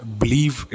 believe